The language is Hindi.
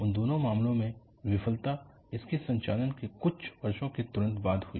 उन दोनों मामलों में विफलता इसके संचालन के कुछ वर्षों के तुरंत बाद हुई